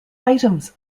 items